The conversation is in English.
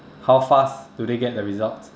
how fast do they get the results